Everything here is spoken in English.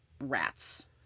rats